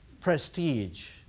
prestige